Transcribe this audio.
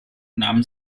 nahm